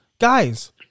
Guys